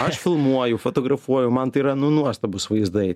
aš filmuoju fotografuoju man tai yra nu nuostabūs vaizdai